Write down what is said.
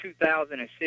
2006